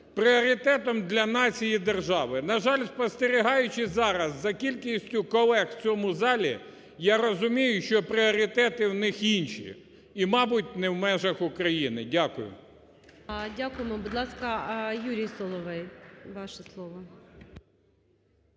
пріоритетом для нації і держави. На жаль, спостерігаючи зараз за кількістю колег в цьому залі, я розумію, що пріоритети у них інші і, мабуть, не в межах України. Дякую. ГОЛОВУЮЧИЙ. Дякуємо. Будь ласка, Юрій Соловей, ваше слово.